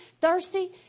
thirsty